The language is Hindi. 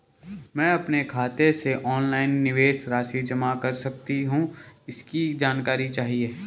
मैं अपने खाते से ऑनलाइन निवेश राशि जमा कर सकती हूँ इसकी जानकारी चाहिए?